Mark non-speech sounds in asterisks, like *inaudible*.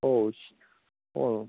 *unintelligible*